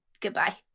Goodbye